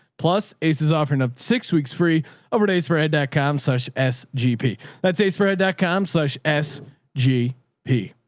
plus ace is offering up six weeks free over days for ed dot com slash s gp let's say spread dot com slash s g p